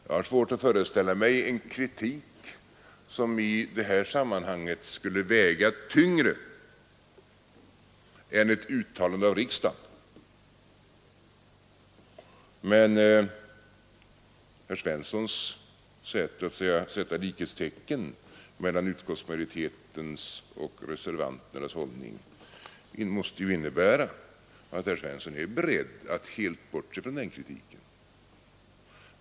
Jag har svårt att föreställa mig en kritik som i detta sammanhang skulle väga tyngre än ett uttalande av riksdagen. Men att herr Svensson sätter likhetstecken mellan utskottsmajoritetens och reservanternas hållning måste innebära att herr Svensson är beredd att helt bortse från denna kritik.